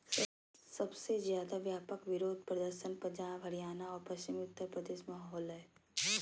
सबसे ज्यादे व्यापक विरोध प्रदर्शन पंजाब, हरियाणा और पश्चिमी उत्तर प्रदेश में होलय